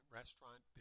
restaurant